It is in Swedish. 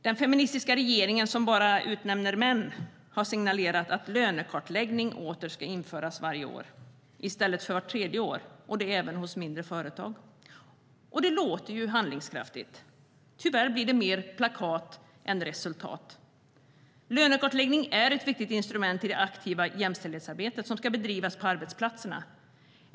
Den feministiska regeringen, som bara utnämner män, har signalerat att lönekartläggning varje år i stället för vart tredje år ska återinföras och det även hos mindre företag. Det låter ju handlingskraftigt. Tyvärr blir det mer plakat än resultat. Lönekartläggning är ett viktigt instrument i det aktiva jämställdhetsarbete som ska bedrivas på arbetsplatserna.